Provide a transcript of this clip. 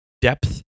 depth